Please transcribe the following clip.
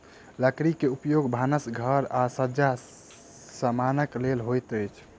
लकड़ी के उपयोग भानस घर आ सज्जा समानक लेल होइत अछि